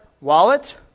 wallet